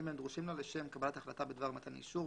אם הם דרושים לה לשם קבלת החלטה בדבר מתן אישור,